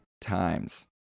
times